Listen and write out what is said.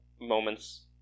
moments